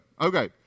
okay